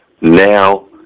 now